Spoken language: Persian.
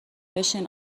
بشین